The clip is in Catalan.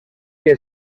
que